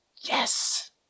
Yes